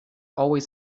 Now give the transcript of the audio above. always